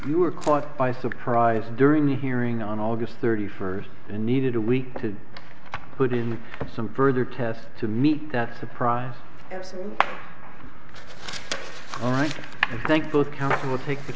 you were caught by surprise during the hearing on august thirty first and needed a week to put in some further tests to meet that surprise all right i thank both counsel will take the